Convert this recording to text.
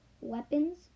weapons